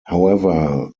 however